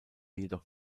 jedoch